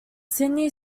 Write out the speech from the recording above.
sydney